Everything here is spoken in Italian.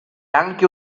anche